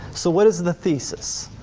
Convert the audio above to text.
so what is the thesis?